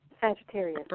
Sagittarius